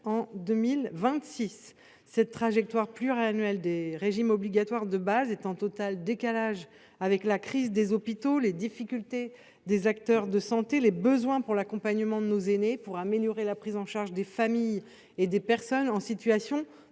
en 2026. Cette trajectoire pluriannuelle des régimes obligatoires de base est en total décalage avec la crise des hôpitaux, les difficultés des acteurs de santé et les besoins pour l’accompagnement de nos aînés, ainsi que pour améliorer la prise en charge des familles et des personnes en situation